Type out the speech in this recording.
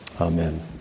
Amen